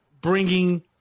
bringing